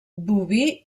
boví